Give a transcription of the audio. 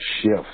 Shift